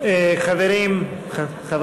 אנחנו